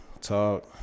talk